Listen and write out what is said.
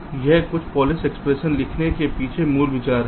तो यह एक पॉलिश एक्सप्रेशन लिखने के पीछे मूल विचार है